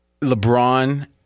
LeBron